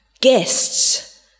guests